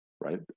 right